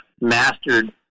mastered